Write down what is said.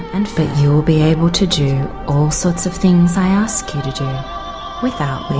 and but you'll be able to do all sorts of things i ask you to do without